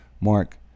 Mark